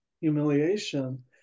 humiliation